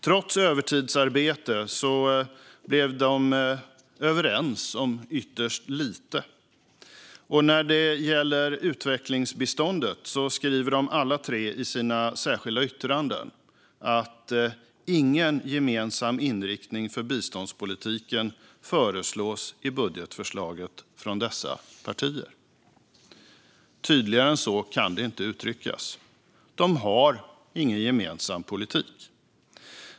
Trots övertidsarbete blev de överens om ytterst lite, och när det gäller utvecklingsbiståndet skriver de alla tre i sina särskilda yttranden att ingen gemensam inriktning för biståndspolitiken föreslås i budgetförslaget från dessa partier. Tydligare än så kan det inte uttryckas. De har ingen gemensam politik.